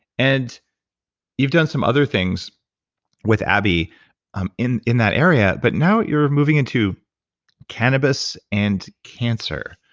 and you've done some other things with abby um in in that area. but now, you're moving into cannabis and cancer.